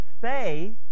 faith